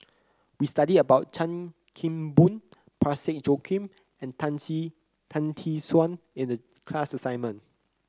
we studied about Chan Kim Boon Parsick Joaquim and Tan See Tan Tee Suan in the class assignment